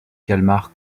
calmar